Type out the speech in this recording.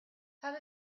how